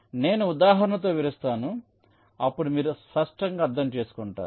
కాబట్టి నేను ఉదాహరణతో వివరిస్తాను అప్పుడు మీరు స్పష్టంగా అర్థం చేసుకుంటారు